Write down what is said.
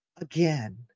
again